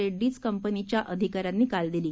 रेड्डीज कंपनीच्या अधिकाऱ्यांनी काल दिली